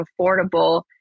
affordable